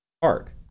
Park